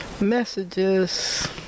messages